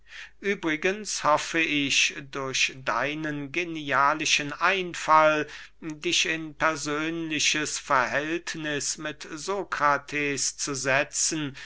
übrigens hoffe ich durch deinen genialischen einfall dich in persönliches verhältniß mit sokrates zu setzen